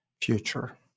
Future